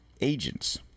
agents